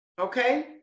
okay